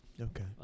Okay